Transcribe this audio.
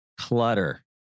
clutter